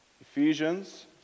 Ephesians